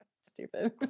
Stupid